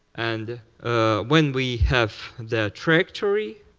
and when we have that trajectory,